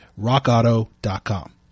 rockauto.com